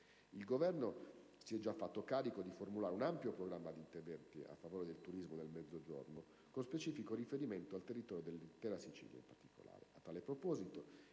Il Governo già si era fatto carico di formulare un ampio programma di interventi a favore del turismo nel Mezzogiorno, con specifico riferimento al territorio dell'intera Sicilia in particolare.